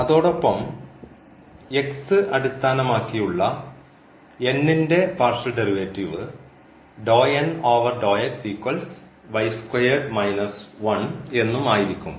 അതോടൊപ്പം അടിസ്ഥാനമാക്കിയുള്ള ൻറെ പാർഷ്യൽ ഡെറിവേറ്റീവ് എന്നും ആയിരിക്കും